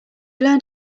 learned